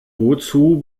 wozu